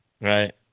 Right